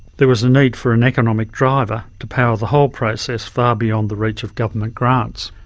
there was a need for an economic driver to power the whole process far beyond the reach of government grants.